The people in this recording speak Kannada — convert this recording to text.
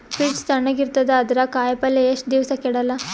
ಫ್ರಿಡ್ಜ್ ತಣಗ ಇರತದ, ಅದರಾಗ ಕಾಯಿಪಲ್ಯ ಎಷ್ಟ ದಿವ್ಸ ಕೆಡಲ್ಲ?